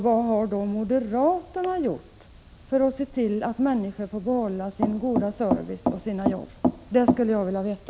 Vad har moderaterna gjort för att se till att människorna får behålla sin goda service och sina jobb? Det skulle jag vilja veta.